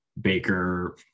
baker